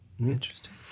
Interesting